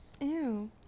Ew